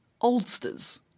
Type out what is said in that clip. oldsters